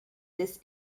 this